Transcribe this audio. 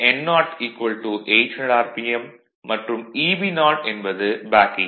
மற்றும் Eb0 என்பது பேக் ஈ